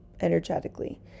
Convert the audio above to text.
energetically